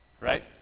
right